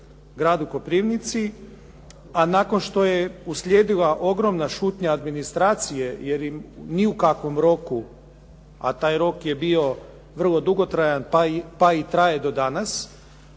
gradu Koprivnici a nakon što je uslijedila ogromna šutnja administracije jer im ni u kakvom roku a taj rok je bio vrlo dugotrajan pa i traje do danas